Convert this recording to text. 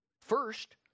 First